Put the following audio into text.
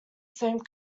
same